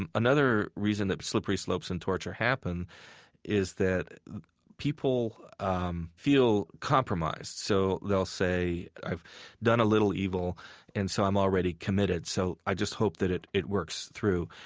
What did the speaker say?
and another reason that slippery slopes in torture happen is that people um feel compromised. so they'll say, i've done a little evil and so i'm already committed. so i just hope that it it works through.